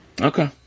Okay